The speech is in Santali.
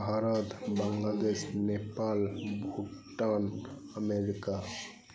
ᱵᱷᱟᱨᱚᱛ ᱵᱟᱝᱞᱟᱫᱮᱥ ᱱᱮᱯᱟᱞ ᱵᱷᱩᱴᱟᱱ ᱟᱢᱮᱨᱤᱠᱟ